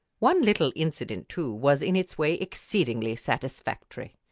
one little incident, too, was in its way exceedingly satisfactory.